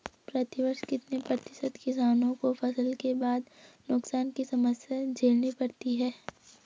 प्रतिवर्ष कितने प्रतिशत किसानों को फसल के बाद नुकसान की समस्या झेलनी पड़ती है?